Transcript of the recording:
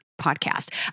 podcast